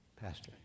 Pastor